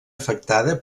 afectada